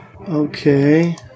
Okay